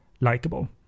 likable